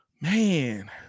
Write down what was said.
Man